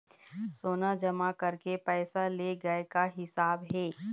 सोना जमा करके पैसा ले गए का हिसाब हे?